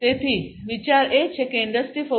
તેથી વિચાર એ છે કે ઇન્ડસ્ટ્રી 4